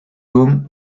doom